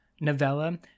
novella